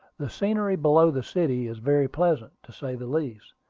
the scenery below the city is very pleasant, to say the least.